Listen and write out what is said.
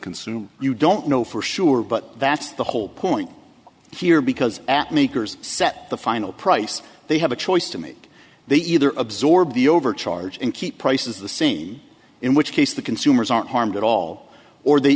consume you don't know for sure but that's the whole point here because at makers set the final price they have a choice to make they either absorb the overcharge and keep prices the same in which case the consumers aren't harmed at all or they